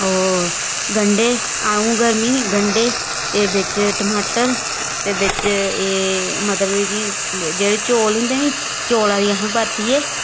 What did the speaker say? ओह् गंढे अ'ऊं गर्मी नी गंढे ते बिच्च टमाटर ते बिच्च एह् मतलब कि जेह्ड़े चौल होंदे नी चौलां दी असें परतियै